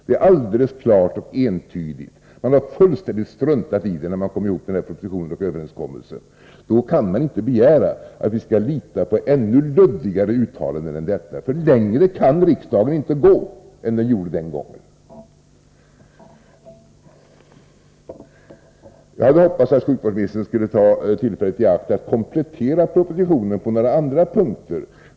Det är alldeles klart och entydigt. Men man har fullständigt struntat i det när man satte ihop den här propositionen och gjorde överenskommelsen i fråga. Då kan man inte begära att vi skall lita på ännu luddigare uttalanden än detta, för längre kan riksdagen inte gå än den gjorde den gången. Jag hade hoppats att sjukvårdsministern skulle ta tillfället i akt och komplettera propositionen på några andra punkter.